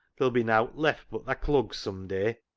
there'll be nowt left but thy clugs sum day.